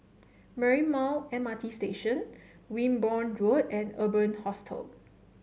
Marymount M R T Station Wimborne Road and Urban Hostel